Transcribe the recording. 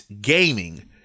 gaming